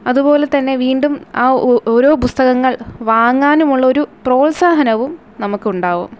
അതുപോലെതന്നെ വീണ്ടും ആ ഓരോ പുസ്തകങ്ങൾ വാങ്ങാനുമുള്ള ഒരു പ്രോത്സാഹനവും നമുക്കുണ്ടാവും